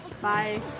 Bye